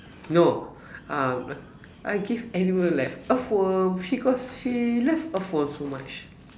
no um I give animal like earthworm because she love earthworm so much